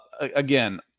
again